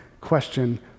Question